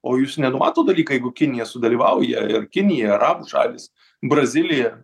o jūs nenumatot dalyką jeigu kinija sudalyvauja ir kinija arabų šalys brazilija